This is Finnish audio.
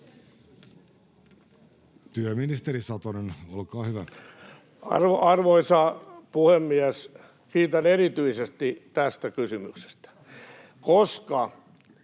Työministeri Satonen, olkaa hyvä. Arvoisa puhemies! Kiitän erityisesti tästä kysymyksestä,